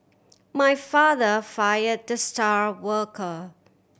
my father fire the star worker